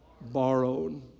borrowed